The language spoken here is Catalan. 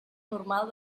normal